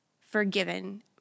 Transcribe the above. forgiven